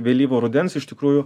vėlyvo rudens iš tikrųjų